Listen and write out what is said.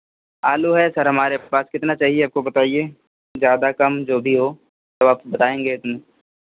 आलू है सर हमारे पास कितना चाहिए आपको बताइए ज़्यादा कम जो भी हो तो आप बताएँगे उतना